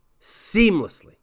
seamlessly